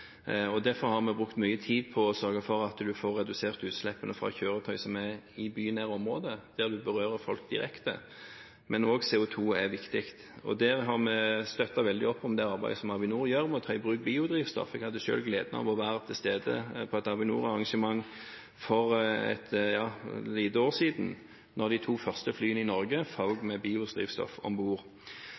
Derfor har vi brukt mye tid på å sørge for at vi får redusert utslippene fra kjøretøy som er i bynære områder, der det berører folk direkte. Men CO2 er også viktig. Der har vi støttet veldig opp om det arbeidet som Avinor gjør, med å ta i bruk biodrivstoff. Jeg hadde selv gleden av å være til stede på et Avinor-arrangement for et lite år siden, da de to første flyene i Norge fløy med biodrivstoff om bord.